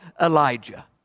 Elijah